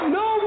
no